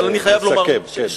לסכם.